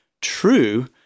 true